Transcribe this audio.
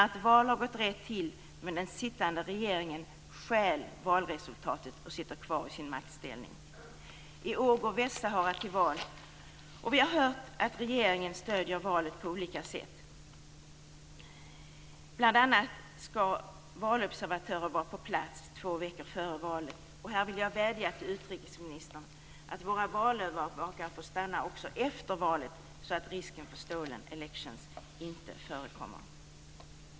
Ett val har gått rätt till men den sittande regeringen stjäl valresultatet och sitter kvar i sin maktställning. I år går Västsahara till val. Vi har hört att regeringen stöder valet på olika sätt. Bl.a. skall valobservatörer vara på plats två veckor före valet. Här vill jag vädja till utrikesministern att valövervakarna får stanna kvar till efter valet så att risken för stolen elections inte förekommer.